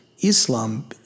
Islam